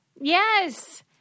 Yes